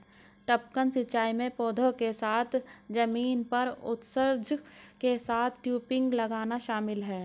टपकन सिंचाई में पौधों के साथ साथ जमीन पर उत्सर्जक के साथ टयूबिंग लगाना शामिल है